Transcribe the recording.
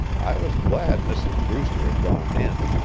i was glad mrs. brewster had gone in.